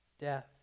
death